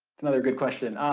another good question,